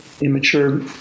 immature